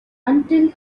until